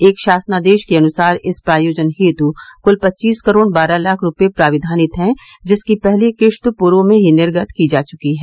एक शासनादेश के अनुसार इस प्रयोजन हेतु कुल पच्चीस करोड़ बारह लाख रुपये प्राविधानित हैं जिसकी पहली किस्त पूर्व में ही निर्गत की जा चुकी है